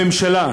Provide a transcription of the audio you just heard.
הממשלה,